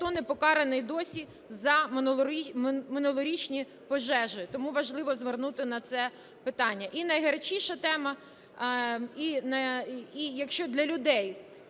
не покараний досі за минулорічні пожежі. Тому важливо звернути на це питання. І найгарячіша тема. І якщо для людей,